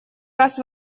раз